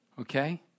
okay